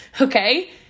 okay